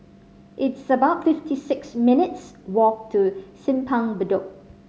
it's about fifty six minutes' walk to Simpang Bedok